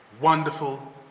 wonderful